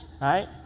right